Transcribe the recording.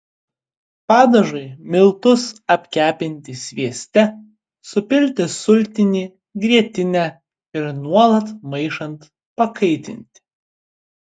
padažui miltus apkepinti svieste supilti sultinį grietinę ir nuolat maišant pakaitinti